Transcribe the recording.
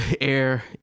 air